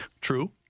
True